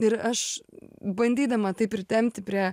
ir aš bandydama tai pritempti prie